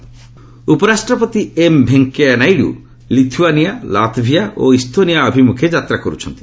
vice president ଉପରାଷ୍ଟ୍ରପତି M Venkaiah Naidu Lithuania Latvia ଓ Estonia ଅଭିମୁଖେ ଯାତ୍ରା କରୁଛନ୍ତି